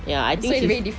ya I think she's